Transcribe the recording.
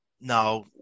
Now